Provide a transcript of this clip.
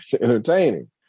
entertaining